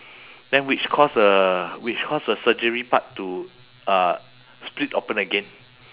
then which cause uh which cause the surgery part to uh split open again